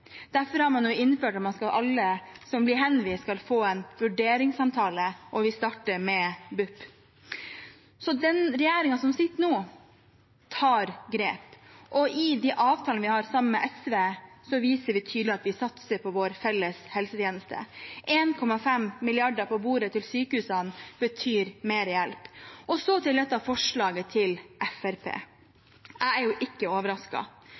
Derfor har man innført at alle som blir henvist, skal få en vurderingssamtale, og vi starter med BUP. Den regjeringen som sitter nå, tar grep, og i de avtalene vi har sammen med SV, viser vi tydelig at vi satser på vår felles helsetjeneste. 1,5 mrd. kr på bordet til sykehusene betyr mer hjelp. Så til et av forslagene fra Fremskrittspartiet. Jeg er jo ikke